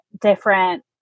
different